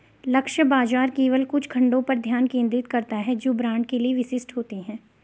लक्ष्य बाजार केवल कुछ खंडों पर ध्यान केंद्रित करता है जो ब्रांड के लिए विशिष्ट होते हैं